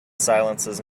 silences